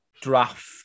draft